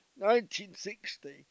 1960